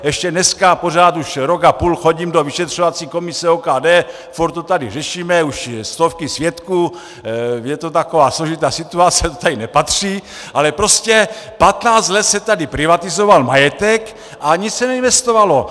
Ještě dneska pořád, už rok a půl chodím do vyšetřovací komise OKD, furt to tady řešíme, už stovky svědků, je to taková složitá situace, to tady nepatří, ale prostě 15 let se tady privatizoval majetek a nic se neinvestovalo.